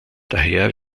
daher